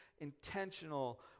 intentional